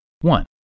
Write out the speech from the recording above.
One